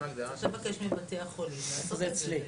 לא הבנתי.